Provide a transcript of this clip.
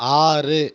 ஆறு